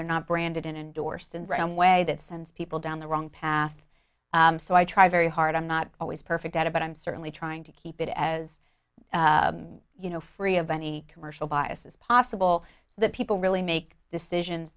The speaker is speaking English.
they're not branded in endorsed and random way that sends people down the wrong path so i try very hard i'm not always perfect at it but i'm certainly trying to keep it as you know free of any commercial bias is possible that people really make decisions